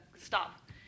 Stop